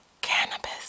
Cannabis